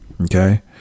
Okay